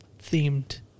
themed